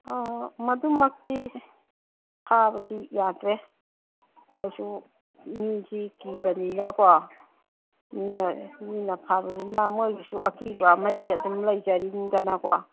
ꯑꯥ ꯃꯗꯨꯃꯛꯇꯤ ꯐꯥꯕꯗꯤ ꯌꯥꯗ꯭ꯔꯦ ꯃꯣꯏꯁꯨ ꯃꯤꯁꯤ ꯀꯤꯕꯅꯤꯅꯀꯣ ꯃꯤꯅ ꯐꯥꯕꯅꯤꯅ ꯃꯣꯏꯒꯤꯁꯨ ꯑꯀꯤꯕ ꯑꯃꯗꯤ ꯑꯗꯨꯝ ꯂꯩꯖꯔꯤꯅꯤꯗꯅꯀꯣ